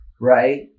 Right